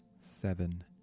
seven